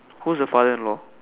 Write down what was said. who's the father-in-law